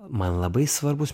man labai svarbus